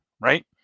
right